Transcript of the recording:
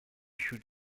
should